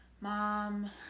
mom